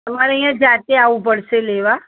તમારે અહીંયા જાતે આવવું પડશે લેવા